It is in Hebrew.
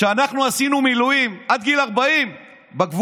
כשאנחנו עשינו מילואים עד גיל 40 בגבולות,